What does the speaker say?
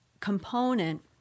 component